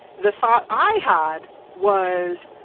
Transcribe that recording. the thought i had was